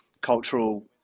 cultural